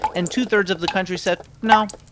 and two-thirds of the country said no.